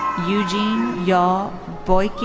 eugene yaw